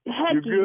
heck